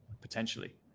potentially